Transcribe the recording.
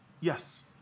Yes